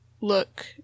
look